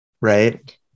right